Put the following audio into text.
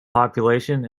population